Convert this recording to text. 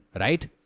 right